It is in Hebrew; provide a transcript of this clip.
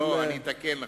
לא, אני אתקן.